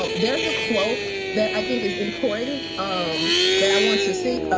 ah there's a quote that i think is important um that i want to say.